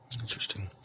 Interesting